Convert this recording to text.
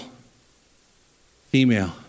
female